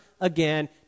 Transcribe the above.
again